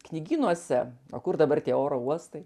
knygynuose o kur dabar tie oro uostai